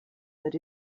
but